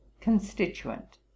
constituent